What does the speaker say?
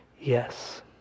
yes